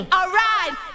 Alright